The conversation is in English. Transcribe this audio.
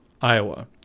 Iowa